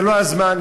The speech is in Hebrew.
זה בזבוז